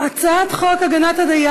ההצעה התקבלה,